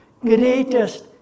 greatest